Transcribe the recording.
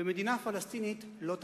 ומדינה פלסטינית לא תקום.